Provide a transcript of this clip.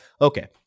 Okay